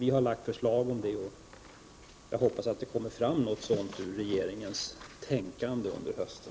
Vi har lagt fram förslag om det, och jag hoppas att det kommer fram något sådant ur regeringens tänkande under hösten.